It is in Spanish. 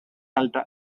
alta